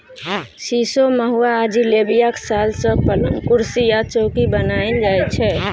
सीशो, महुआ आ जिलेबियाक साल सँ पलंग, कुरसी आ चौकी बनाएल जाइ छै